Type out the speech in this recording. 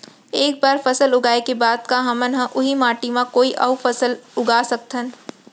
एक बार फसल उगाए के बाद का हमन ह, उही माटी मा कोई अऊ फसल उगा सकथन?